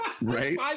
Right